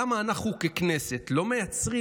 למה אנחנו ככנסת לא מייצרים